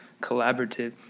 collaborative